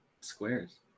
squares